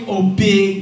obey